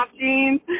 jeans